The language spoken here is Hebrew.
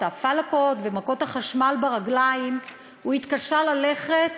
הפלקות ומכות החשמל ברגליים הוא התקשה ללכת,